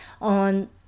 on